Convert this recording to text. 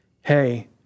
Hey